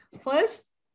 First